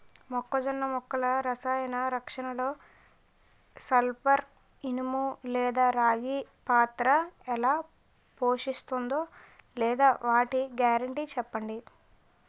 మొక్కజొన్న మొక్కల రసాయన రక్షణలో సల్పర్, ఇనుము లేదా రాగి పాత్ర ఎలా పోషిస్తుందో లేదా వాటి గ్యారంటీ చెప్పండి